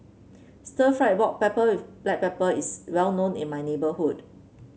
Stir Fried Pork pepper with Black Pepper is well known in my neighborhood